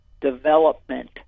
development